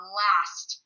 last